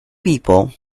people